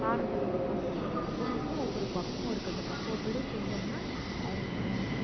காரத்தை அள்ளி கொட்டவும் போகிறது இல்லை ஒவ்வொன்றுக்கும் ஒவ்வொரு பக்குவம் இருக்குது அந்த பக்குவப்படி செஞ்சோம்னா அருமையாக வரும்